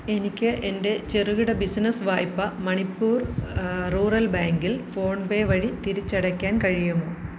എനിക്ക് എൻ്റെ ചെറുകിട ബിസിനസ്സ് വായ്പ മണിപ്പൂർ റൂറൽ ബാങ്കിൽ ഫോൺ പേ വഴി തിരിച്ചടയ്ക്കാൻ കഴിയുമോ